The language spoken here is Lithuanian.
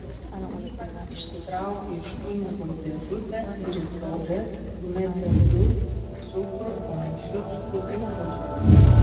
nikas išsitraukė iš tunikos dėžutę ir į taures įmetė du į cukrų panašius kubiukus